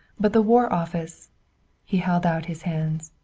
but the war office he held out his hands.